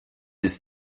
ist